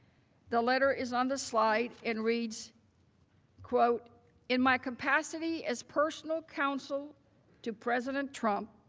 the letter is on the slide and reads in my capacity as personal counsel to president trump